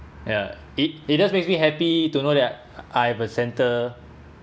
ya it it just makes me happy to know that I have a centre